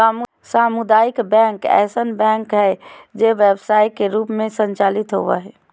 सामुदायिक बैंक ऐसन बैंक हइ जे व्यवसाय के रूप में संचालित होबो हइ